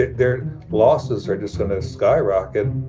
their losses are just going to skyrocket